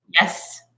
Yes